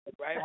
Right